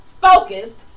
focused